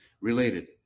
Related